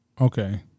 Okay